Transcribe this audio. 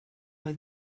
oes